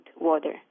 water